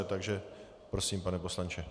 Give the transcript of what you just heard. Takže prosím, pane poslanče.